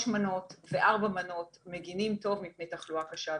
מנות וארבע מנות מגינות טוב מפני תחלואה קשה.